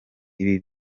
ibi